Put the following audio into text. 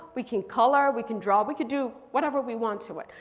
we can color, we can draw, we could do whatever we want to it.